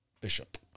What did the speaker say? Bishop